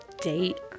date